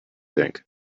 think